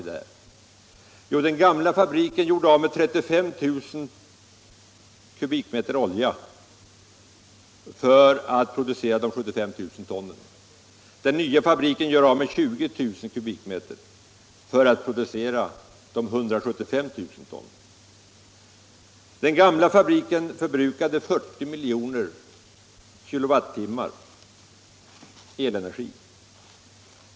Om uranförsörj Jo, den gamla fabriken gjorde av med 35 000 m” olja för att producera — ningen 75 000 ton massa. Den nya fabriken gör av med 20 000 mv för att producera 175 000 ton massa. Den gamla fabriken förbrukade 40 miljoner kWh elenergi.